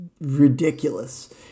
ridiculous